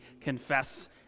confess